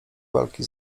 walki